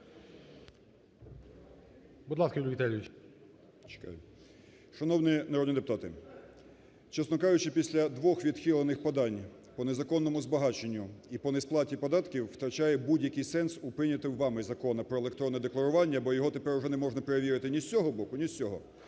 Будь ласка, Юрій Віталійович. 19:07:04 ЛУЦЕНКО Ю.В. Шановні народні депутати, чесно кажучи, після двох відхилених подань по незаконному збагаченню і по несплаті податків втрачає будь-який сенс у прийнятому вами Законі про електронне декларування, бо його тепер уже неможна перевірити ні з цього боку, ні з цього.